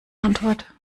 antwort